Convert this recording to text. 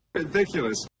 ridiculous